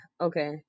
okay